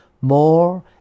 more